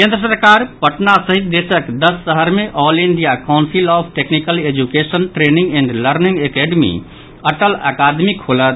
केन्द्र सरकार पटना सहित देशक दस शहर मे all India council of technical education training and learning academy Atal अकादमी खोलत